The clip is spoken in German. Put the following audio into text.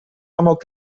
amok